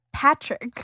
Patrick